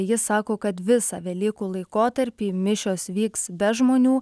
jis sako kad visą velykų laikotarpį mišios vyks be žmonių